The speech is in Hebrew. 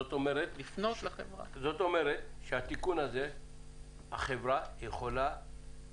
זאת אומרת שהחברה יכולה